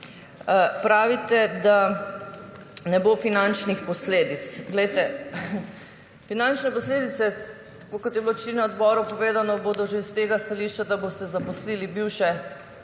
Pravite, da ne bo finančnih posledic. Finančne posledice, tako kot je bilo včeraj na odboru povedano, bodo že s tega stališča, da boste zaposlili bivše,